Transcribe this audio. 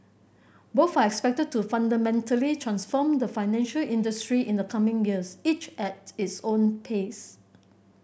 both are expected to fundamentally transform the financial industry in the coming years each at its own pace